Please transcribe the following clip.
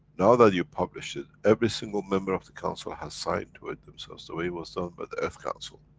now that you published it every single member of the council has signed to it themselves, the way it was done by the earth council,